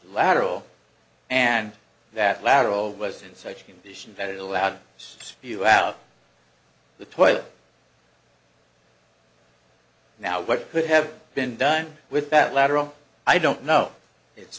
lateral and that lateral was in such condition that it allowed us to spew out the toilet now what could have been done with that lateral i don't know it's